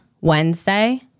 Wednesday